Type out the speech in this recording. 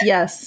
Yes